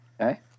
Okay